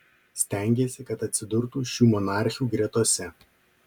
stengėsi kad atsidurtų šių monarchių gretose